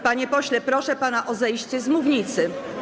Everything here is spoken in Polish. Panie pośle, proszę pana o zejście z mównicy.